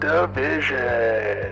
Division